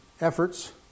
efforts